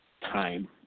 time